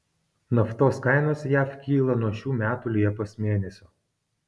naftos kainos jav kyla nuo šių metų liepos mėnesio